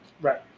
Right